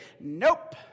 Nope